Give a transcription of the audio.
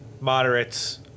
moderates